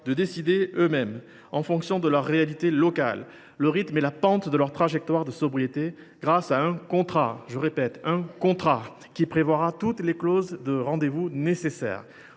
de décider eux mêmes, en fonction des réalités locales, du rythme et de la pente de leur trajectoire de sobriété, grâce à un contrat – je dis bien : un contrat !– qui prévoira toutes les clauses de rendez vous nécessaires.